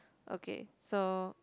okay so